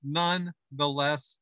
nonetheless